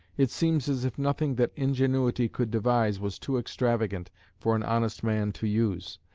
it seems as if nothing that ingenuity could devise was too extravagant for an honest man to use,